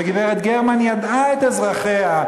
וגברת גרמן ידעה את נפש אזרחיה,